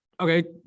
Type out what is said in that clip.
Okay